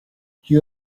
you